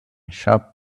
shop